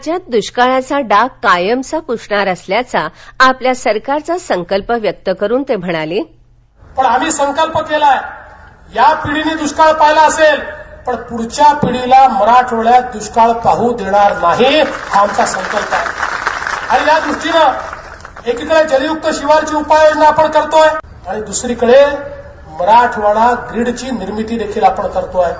राज्यात दुष्काळाचा डाग कायमचा पुसणार असल्याचा आपल्या सरकारचा संकल्प व्यक्त करून ते म्हणाले आम्ही संकल्प केलाय या पिढीने दुष्काळ पाहीलं असेल पण पुढच्या पिढीला मराठवाड्यात दुष्काळ पाहू देणार नाही हा आमचा संकल्प आहे आणि यादृष्टीने एकीकडे जलयुक्त शिवाराची उपाय योजना आपण करतोय आणि दुसरीकडे मराठवाडा ग्रीडची निर्मिती देखील आपण करतो आहोत